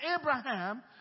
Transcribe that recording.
Abraham